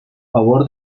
favor